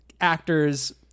actors